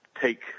take